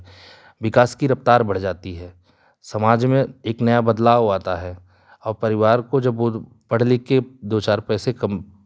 विकास की रफ्तार बढ़ जाती है समाज में एक नया बदलाव आता है औ परिवार को जब वे पढ़ लिख कर दो चार पैसे कम